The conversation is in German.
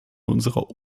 unserer